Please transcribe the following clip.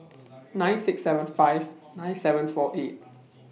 nine six seven five nine seven four eight